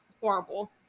horrible